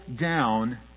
down